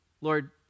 Lord